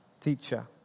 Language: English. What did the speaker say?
teacher